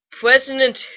President